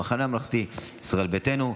המחנה הממלכתי וישראל ביתנו,